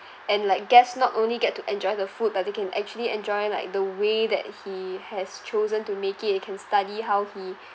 and like guest not only get to enjoy the food but they can actually enjoy like the way that he has chosen to make it you can study how he